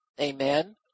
Amen